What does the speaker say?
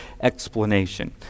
explanation